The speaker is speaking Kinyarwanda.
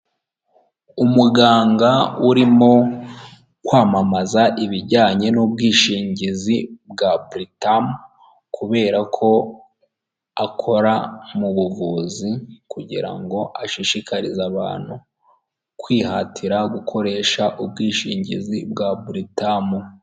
Umuganga urimo kwamamaza ibijyanye n'ubwishingizi bwa Britam kubera ko akora mu buvuzi kugirango ashishikarize abantu kwihatira gukoresha ubwishingizi bwa Britam